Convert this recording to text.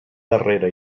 darrera